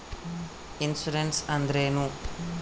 Insurance ಅಂದ್ರೇನು?